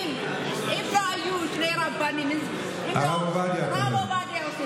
היא רוצה להגיד, ברשות השר,